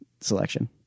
selection